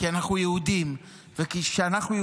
כי אנחנו יהודים וכי אנחנו,